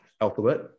Alphabet